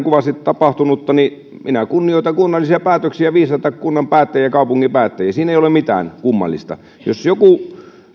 kuvasi tapahtunutta minä kunnioitan kunnallisia päätöksiä ja viisaita kunnan päättäjiä ja kaupungin päättäjiä siinä ei ole mitään kummallista jos